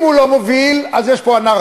אם הוא לא מוביל, אז יש פה אנרכיה.